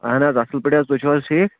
اَہن حظ اَصٕل پٲٹھۍ حظ تُہۍ چھُو حظ ٹھیٖک